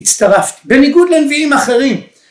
הצטרפתי, בניגוד לנביאים אחרים